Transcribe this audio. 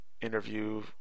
interview